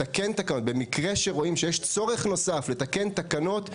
במקרה שבו רואים שיש צורך נוסף לתקן תקנות,